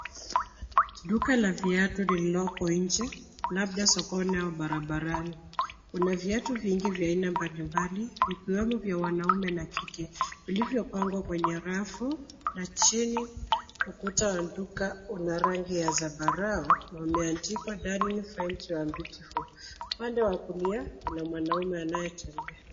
Duka la viatu liloko inje, labda sokoni au barabarani. Kuna viatu vingi vya ina mbalimbali vikiwemo vya wanaume na kike. Vilivyopangwa kwenye rafu ya chini, ukuta wanduka unarangi ya zambarao, na wameandika, darling, I find you are beautiful. Upande wa kulia, kuna wanaume anayetembea.